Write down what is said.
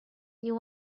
you